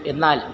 എന്നാൽ